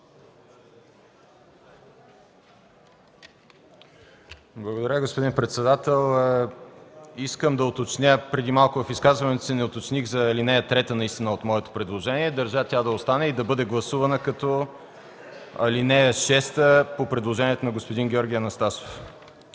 Благодаря, господин председател. Преди малко в изказването си не уточних за ал. 3 от моето предложение. Държа тя да остане и да бъде гласувана като ал. 6 по предложението на господин Георги Анастасов.